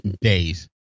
days